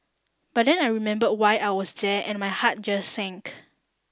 but then I remember why I was there and my heart just sank